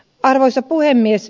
arvoisa puhemies